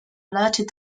alerted